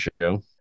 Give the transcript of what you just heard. show